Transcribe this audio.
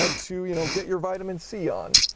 ah to you know get your vitamin c on.